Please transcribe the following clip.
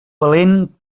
valent